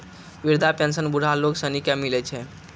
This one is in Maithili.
वृद्धा पेंशन बुढ़ा लोग सनी के मिलै छै